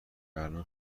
الان